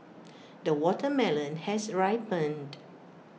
the watermelon has ripened